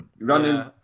Running